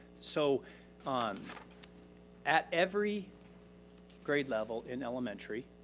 so um at every grade level in elementary,